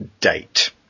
date